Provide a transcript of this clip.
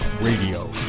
Radio